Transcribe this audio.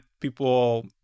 people